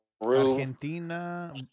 Argentina